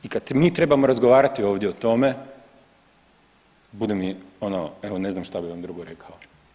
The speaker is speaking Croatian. I kad mi trebamo razgovarati ovdje o tome bude mi ono, evo ne znam što bi vam drugo rekao.